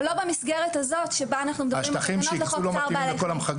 אבל לא במסגרת הזאת שבה אנחנו מדברים על תקנות חוק צער בעלי חיים.